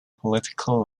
political